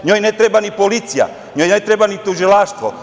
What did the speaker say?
NJoj ne treba ni policija, njoj ne treba ni tužilaštvo.